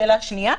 שאלה שנייה.